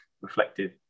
reflective